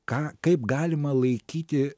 ką kaip galima laikyti